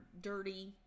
dirty